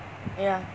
ya